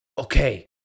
okay